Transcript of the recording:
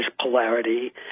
polarity